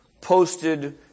posted